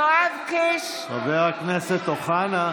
נוכחת חבר הכנסת אוחנה,